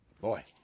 boy